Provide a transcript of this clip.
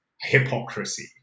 hypocrisy